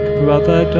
brother